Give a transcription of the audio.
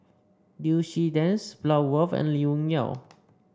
Liu Si Dennis Bloodworth and Lee Wung Yew